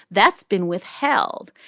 that's been withheld.